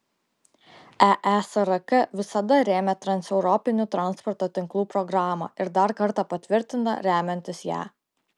eesrk visada rėmė transeuropinių transporto tinklų programą ir dar kartą patvirtina remiantis ją